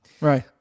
Right